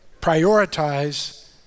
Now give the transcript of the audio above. Prioritize